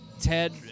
Ted